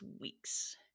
weeks